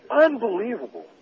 unbelievable